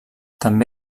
també